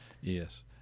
Yes